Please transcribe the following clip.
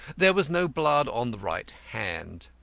there was no blood on the right hand.